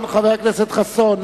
חבר הכנסת חסון.